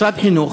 משרד חינוך,